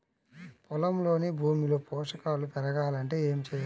పొలంలోని భూమిలో పోషకాలు పెరగాలి అంటే ఏం చేయాలి?